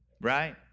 right